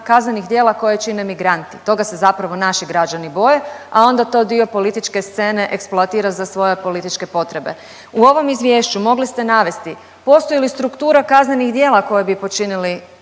kaznenih djela koje čine migranti, toga se zapravo naši građani boje, a onda to dio političke scene eksploatira za svoje političke potrebe. U ovom izvješću mogli ste navesti postoji li struktura kaznenih djela koje bi počinili